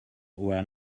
were